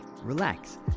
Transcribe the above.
relax